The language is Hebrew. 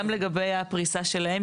גם לגבי הפריסה שלהם,